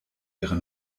ihre